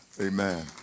Amen